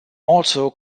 also